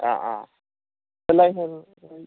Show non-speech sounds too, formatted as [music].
[unintelligible]